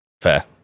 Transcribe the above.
fair